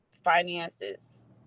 Finances